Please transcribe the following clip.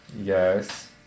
Yes